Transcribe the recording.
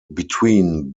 between